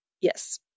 yes